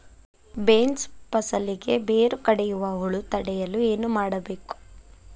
Beans ಫಸಲಿಗೆ ಬೇರು ಕಡಿಯುವ ಹುಳು ತಡೆಯಲು ಏನು ಮಾಡಬೇಕು?